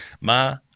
My-